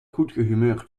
goedgehumeurd